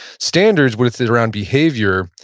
standards with and around behavior,